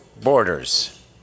Borders